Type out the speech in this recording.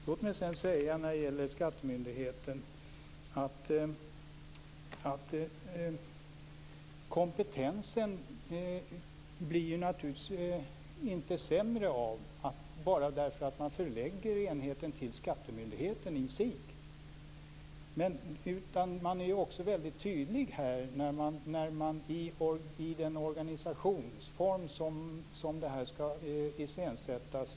Låt mig sedan när det gäller skattemyndigheten säga att kompetensen naturligtvis inte blir sämre bara därför att man förlägger enheten till skattemyndigheten i sig. Man är också mycket tydlig om den organisationsform som det här skall iscensättas i.